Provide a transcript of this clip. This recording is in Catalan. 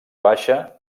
baixa